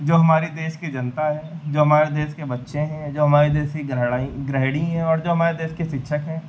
जो हमारे देश की जनता है जो हमारे देश के बच्चे हैं जो हमारे देश की ग्रहणी गृहिणी हैं और जो हमारे देश के शिक्षक हैं